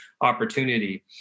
opportunity